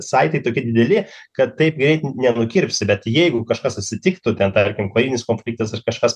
saitai tokie dideli kad taip greit nenukirpsi bet jeigu kažkas atsitiktų ten tarkim karinis konfliktas ar kažkas